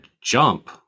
jump